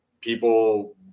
people